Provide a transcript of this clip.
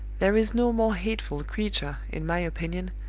there is no more hateful creature, in my opinion,